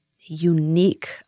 unique